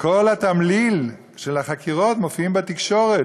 כל התמליל של החקירות מופיע בתקשורת.